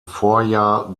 vorjahr